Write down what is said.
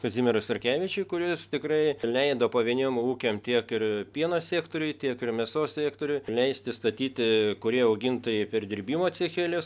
kazimierui starkevičiui kuris tikrai leido pavieniem ūkiam tiek ir pieno sektoriui tiek ir mėsos sektoriui leisti statyti kurie augintojai perdirbimo cechelius